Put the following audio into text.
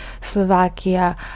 Slovakia